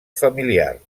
familiar